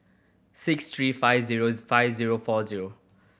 six three five zero five zero four zero